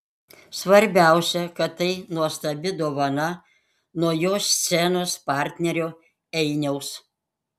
svarbiausia kad tai nuostabi dovana nuo jo scenos partnerio einiaus